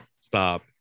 stop